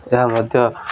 ଏହା ମଧ୍ୟ